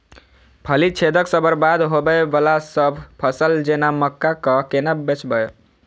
फली छेदक सँ बरबाद होबय वलासभ फसल जेना मक्का कऽ केना बचयब?